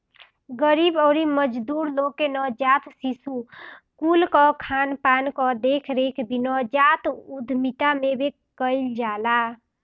गरीब अउरी मजदूर लोग के नवजात शिशु कुल कअ खानपान कअ देखरेख भी नवजात उद्यमिता में कईल जाला